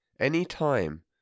Anytime